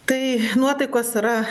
tai nuotaikos yra